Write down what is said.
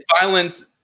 violence